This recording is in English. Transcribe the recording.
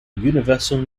universal